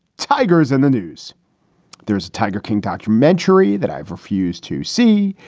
tigers in the news there's a tiger king documentary that i've refused to see,